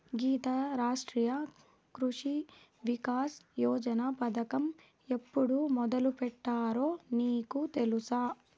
గీతా, రాష్ట్రీయ కృషి వికాస్ యోజన పథకం ఎప్పుడు మొదలుపెట్టారో నీకు తెలుసా